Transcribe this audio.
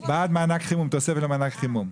הצעת החוק תוספת למענק חימום?